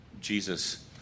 Jesus